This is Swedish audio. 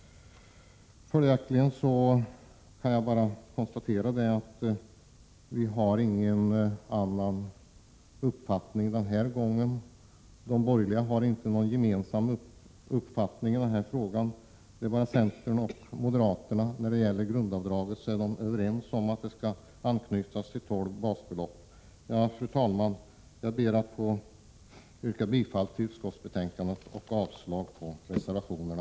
Jag kan bara konstatera att vi denna gång inte har någon annan uppfattning. De borgerliga har inte någon gemensam uppfattning i denna fråga. När det gäller grundavdraget är moderaterna och centern överens om att detta skall anknytas till 12 basbelopp. Fru talman! Jag ber att få yrka bifall till utskottets hemställan och avslag på reservationerna.